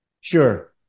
Sure